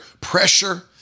pressure